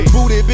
Booty